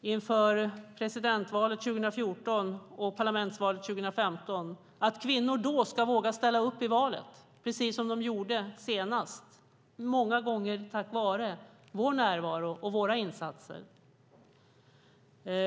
inför presidentvalet 2014 och parlamentsvalet 2015 att kvinnor då ska våga ställa upp i valet, precis som de gjorde senast, många gånger tack vare vår närvaro och våra insatser.